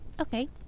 Okay